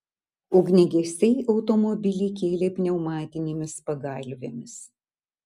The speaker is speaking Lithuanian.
ugniagesiai automobilį kėlė pneumatinėmis pagalvėmis